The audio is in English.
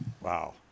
Wow